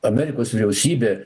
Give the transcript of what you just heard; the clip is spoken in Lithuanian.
amerikos vyriausybė